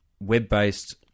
web-based